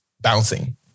bouncing